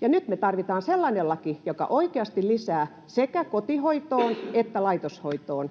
Nyt me tarvitaan sellainen laki, joka oikeasti lisää sekä kotihoitoon että laitoshoitoon